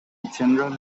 general